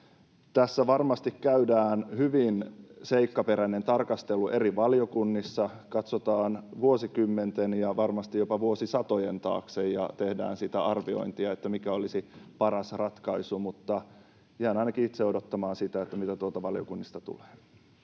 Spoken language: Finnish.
Tästä varmasti käydään hyvin seikkaperäinen tarkastelu eri valiokunnissa, katsotaan vuosikymmenten ja varmasti jopa vuosisatojen taakse ja tehdään sitä arviointia, mikä olisi paras ratkaisu. Jään ainakin itse odottamaan sitä, mitä tuolta valiokunnista tulee.